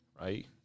right